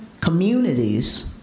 communities